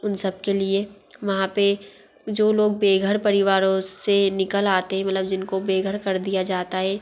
उन सब के लिए वहाँ पर जो लोग बेघर परिवारों से निकल आते हें मतलब जिनको बेघर कर दिया जाता है